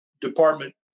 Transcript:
department